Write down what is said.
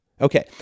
Okay